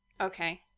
Okay